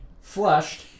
flushed